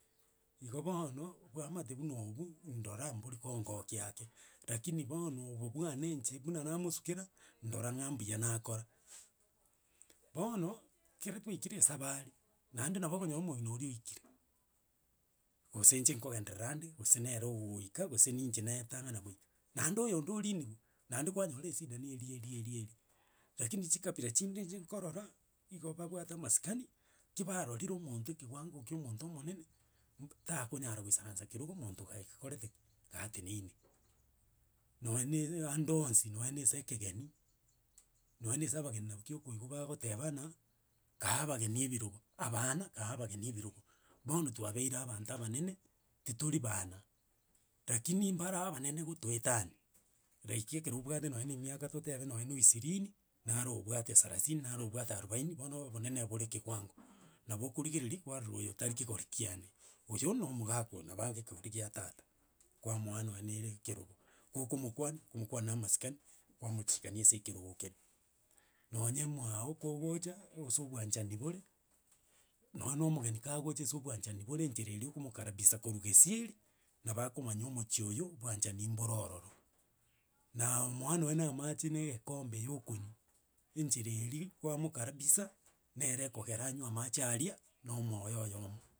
Igo bono, bwamate buna obwo, ndora mbori kongokia ake, rakini bono obo bwane inche, buna namosukera ndora ng'a mbuya nakora. Bono, ekere twaikire esabari, naende nabo okonyora omong'ina oria oikire, gose inche nkogendererande gose nere ogoika, gose ninche naetang'ana goika, naende oyonde oriniwa, naende kwanyora esida na eria, eria, eria, rakini chikabira chinde inche nkorora, igo babwate amasikani, ki barorire omonto ekewango kia omonto omonene, takonyara koisaransa kerogo monto gaekorete ki, gateneine. Nonye ande onsi, nonye ase ekegeni, nonye ase abageni naboki okoigwa bagoteba ng'a, kae abageni ebirogo, abana kae abageni ebirogo. Bono twabeire abanto abanene, titori bana, lakini mbare abanene gotoetania, like ekere obwate nonye na emiaka, totebe nonye na oisirini naare obwate sarasini, nare obwate arubaini, bono oobonene bore ekewango. Nabo okorigereria, kwarora oyo tari kegori kiane. Oyo, na omogaka oyo, nabo anga ekegori gia tata, kwamoa nonye na ere ekerogo. Gokomokwani, kwamokwani na amasikani, kwamochikani na ase ekerogo kere. Noonye mwago kogocha, ase obwanchani bore, nonye omogeni kagocha ase obwanchani bore enchera eria okomokarabisa korwa gesieri, nabo akomanya omochi oyo, obwanchani mboro ororo. Na omoa nonye na amache na egekombe ya okonywa, enchera eria kwamokarabisa, nere ekogera anywe amacha aria na omoyo oyomo.